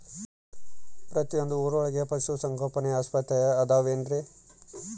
ಪ್ರತಿಯೊಂದು ಊರೊಳಗೆ ಪಶುಸಂಗೋಪನೆ ಆಸ್ಪತ್ರೆ ಅದವೇನ್ರಿ?